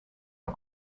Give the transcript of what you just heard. not